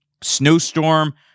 Snowstorm